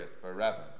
forever